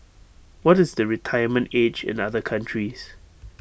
what is the retirement age in other countries